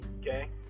okay